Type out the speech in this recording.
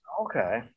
Okay